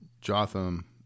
Jotham